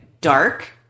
dark